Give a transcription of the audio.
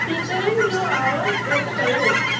स्पीकरनि जो आवाज़ु घटि कयो